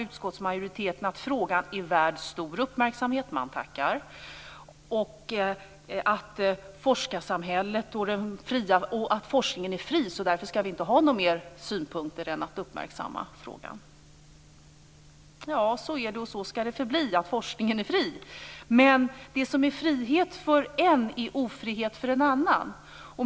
Utskottsmajoriteten menar att frågan är värd stor uppmärksamhet - man tackar! - och att forskningen är fri, så därför ska vi inte ha fler synpunkter utöver att frågan ska uppmärksammas. Ja, så är det och så ska det förbli - forskningen är fri. Men det som är frihet för en är ofrihet för en annan.